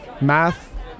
math